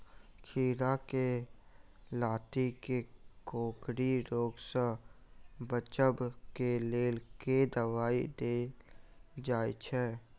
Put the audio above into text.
खीरा केँ लाती केँ कोकरी रोग सऽ बचाब केँ लेल केँ दवाई देल जाय छैय?